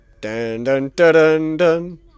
Dun-dun-dun-dun-dun